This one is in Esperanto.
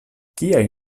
kiaj